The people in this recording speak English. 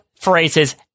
phrases